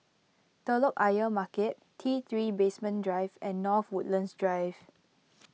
Telok Ayer Market T three Basement Drive and North Woodlands Drive